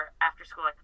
after-school